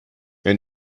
and